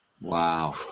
Wow